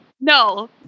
no